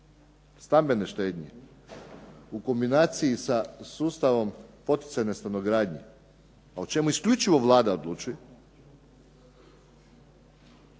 stambene štednje u kombinaciji sa sustavom poticajne stanogradnje a o čemu isključivo Vlada odlučuje